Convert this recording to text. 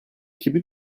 kimi